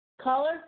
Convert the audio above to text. Caller